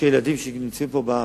שאלה ילדים שנמצאים פה בארץ,